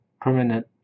Permanent